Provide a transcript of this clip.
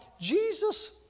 Jesus